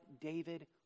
David